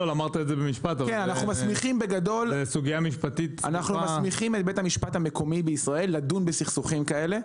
אנחנו מסמיכים את בית המשפט המקומי בישראל לדון בסכסוכים כאלה.